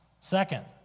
Second